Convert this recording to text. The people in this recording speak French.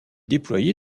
déployé